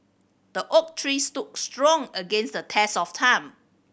the oak tree stood strong against the test of time